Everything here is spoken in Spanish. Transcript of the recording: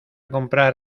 comprar